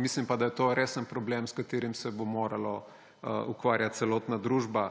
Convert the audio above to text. Mislim pa, da je to resen problem, s katerim se bo morala ukvarjati celotna družba.